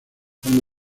forma